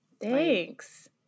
Thanks